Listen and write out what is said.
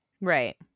Right